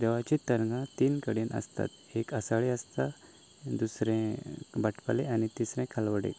देवाची तरंगा तीन कडेन आसता एक आसाळें आसता दुसरें भटपालें आनी तिसरें खालवडें